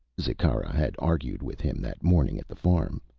zikkara had argued with him that morning at the farm.